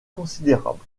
considérables